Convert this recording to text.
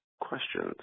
questions